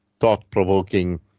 thought-provoking